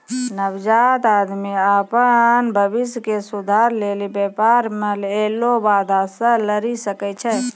नवजात उद्यमि अपन भविष्य के सुधारै लेली व्यापार मे ऐलो बाधा से लरी सकै छै